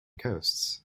coasts